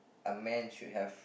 a man should have